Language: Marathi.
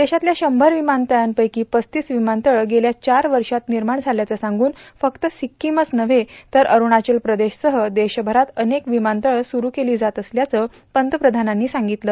देशातल्या शंभर विमानतळंपैकी पस्तीस विमानतळं गेल्या चार वर्षात निर्माण झाल्याचं सांग्रन फक्त सिक्कीमच नव्हे तर अरूणाचल प्रदेशासह देशभरात अनेक विमानतळं सुरू केली जात असल्याचं पंतप्रधानांनी सांगितलं